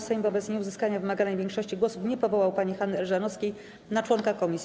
Sejm wobec nieuzyskania wymaganej większości głosów nie powołał pani Hanny Elżanowskiej na członka komisji.